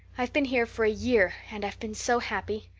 i've been here for a year and i've been so happy.